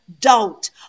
doubt